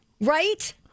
Right